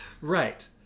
Right